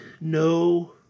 no